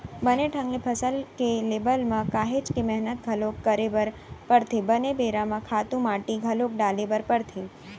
बने ढंग ले फसल के लेवब म काहेच के मेहनत घलोक करे बर परथे, बने बेरा म खातू माटी घलोक डाले बर परथे